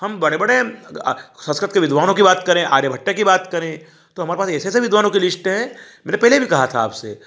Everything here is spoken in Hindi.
हम बड़े बड़े अगर संस्कत के विद्वानों की बात करें आर्यभट्ट की बात करें तो हमारे पास ऐसे विद्वानों की लिस्ट हैं मैंने पहले भी कहा था आपसे